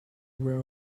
wear